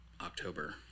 October